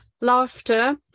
laughter